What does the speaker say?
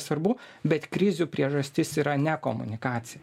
svarbu bet krizių priežastis yra ne komunikacija